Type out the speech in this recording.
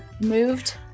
moved